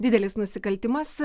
didelis nusikaltimas